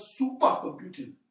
supercomputing